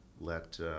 let –